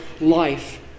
life